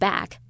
Back